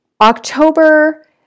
October